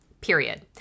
period